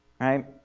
right